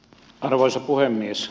arvoisa puhemies